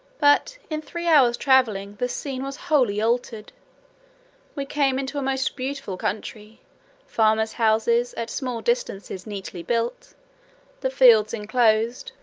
but, in three hours travelling, the scene was wholly altered we came into a most beautiful country farmers' houses, at small distances, neatly built the fields enclosed,